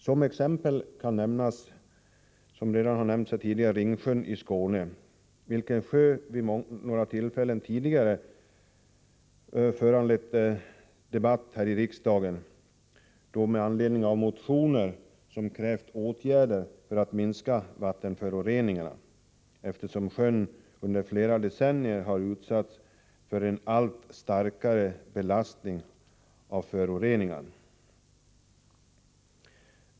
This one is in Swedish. Som exempel kan, såsom redan skett, nämnas Ringsjön i Skåne, vilken sjö vid några tillfällen tidigare föranlett debatter här i riksdagen — då med anledning av motioner som krävt åtgärder för att minska vattenföroreningarna, eftersom sjön under flera decennier har utsatts för en allt starkare belastning av föroreningar.